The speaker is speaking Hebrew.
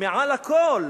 מעל הכול.